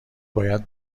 باید